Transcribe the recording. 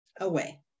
away